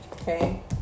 okay